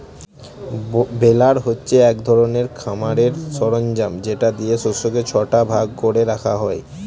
বেলার হচ্ছে এক ধরনের খামারের সরঞ্জাম যেটা দিয়ে শস্যকে ছটা ভাগ করে রাখা হয়